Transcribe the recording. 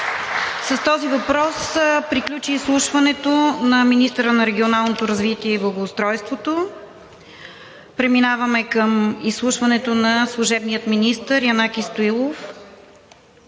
С този въпрос приключи изслушването на министъра на Регионалното развитие и благоустройството. Преминаваме към изслушването на служебния министър Янаки Стоилов.